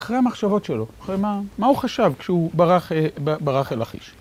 אחרי המחשבות שלו, אחרי מה הוא חשב כשהוא ברח אל לכיש.